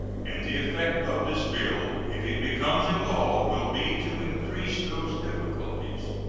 and the effect of this bill, if it becomes a law, will be to increase those difficulties.